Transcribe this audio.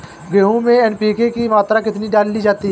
गेहूँ में एन.पी.के की मात्रा कितनी डाली जाती है?